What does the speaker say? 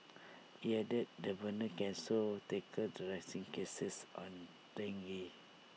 he added the burners can also tackle the rising cases on dengue